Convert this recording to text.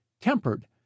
tempered